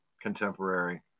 contemporary